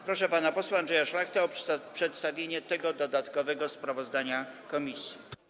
Proszę pana posła Andrzeja Szlachtę o przedstawienie dodatkowego sprawozdania komisji.